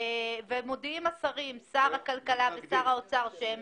אם מודיעים השרים - שר הכלכלה ושר האוצר - שהם